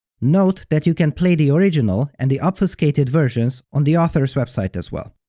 note that you can play the original and the obfuscated versions on the author's website as well.